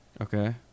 Okay